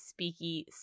speaky